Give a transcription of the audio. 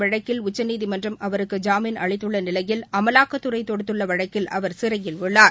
வழக்கில் உச்சநீதிமன்றம் அவருக்கு ஜாமீன் அளித்துள்ள நிலையில் அமலாக்கத்துறை தொடுத்துள்ள வழக்கில் அவர் சிறையில் உள்ளார்